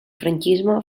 franquisme